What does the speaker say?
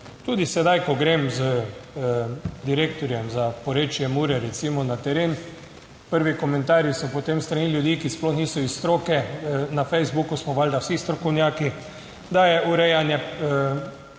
Tudi sedaj, ko grem z direktorjem za porečje Mure recimo na teren, prvi komentarji so potem s strani ljudi, ki sploh niso iz stroke, na Facebooku smo valda vsi strokovnjaki, da je urejanje